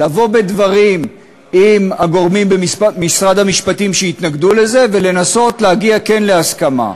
לבוא בדברים עם הגורמים במשרד המשפטים שהתנגדו לזה ולנסות להגיע להסכמה.